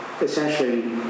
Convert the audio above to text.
essentially